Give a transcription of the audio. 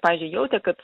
pavyzdžiui jautė kad